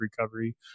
recovery